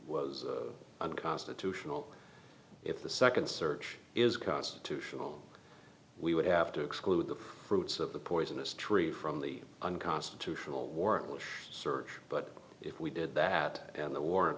was unconstitutional if the second search is constitutional we would have to exclude the fruits of the poisonous tree from the unconstitutional warrantless search but if we did that and the war